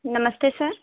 नमस्ते सर